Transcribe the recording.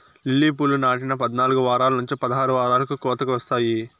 lily పూలు నాటిన పద్నాలుకు వారాల నుంచి పదహారు వారాలకు కోతకు వస్తాయి